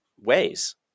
ways